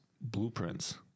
Blueprints